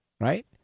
right